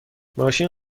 ماشین